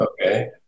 Okay